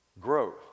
growth